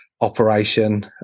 operation